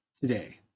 today